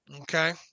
Okay